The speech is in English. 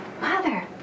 Mother